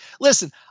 Listen